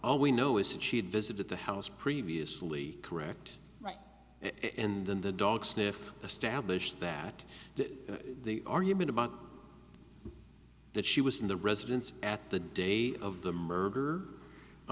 all we know is that she had visited the house previously correct right and then the dog sniffed established that the argument about that she was in the residence at the day of the murder i